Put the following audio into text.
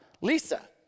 Lisa